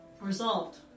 Resolved